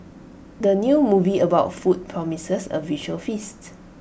the new movie about food promises A visual feast